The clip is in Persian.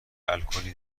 الکلی